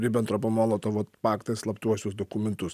ribentropo molotovo paktą slaptuosius dokumentus